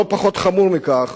לא פחות חמור מכך,